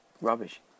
rubbish